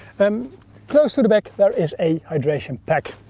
um close to the back there is a hydration pack.